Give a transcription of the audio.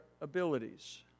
abilities